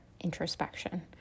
introspection